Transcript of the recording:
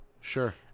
Sure